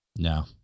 No